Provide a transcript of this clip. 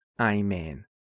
Amen